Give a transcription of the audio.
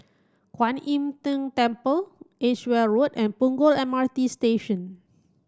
Kwan Im Tng Temple Edgeware Road and Punggol M R T Station